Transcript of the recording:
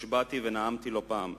הושבעתי ונאמתי לא פעם,